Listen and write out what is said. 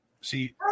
See